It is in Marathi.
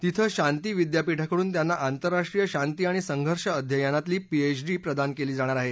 तिथं शांती विद्यापीठाकडून त्यांना आंतरराष्ट्रीय शांती आणि संघर्ष अध्ययनातली पीएचडी प्रदान केली जाणार आहे